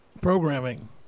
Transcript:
programming